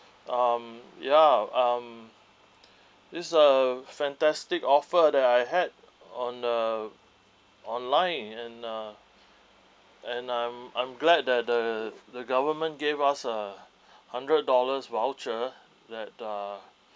um ya um it's a fantastic offer that I had on the online and uh and I'm I'm glad that the the government gave us a hundred dollars voucher that uh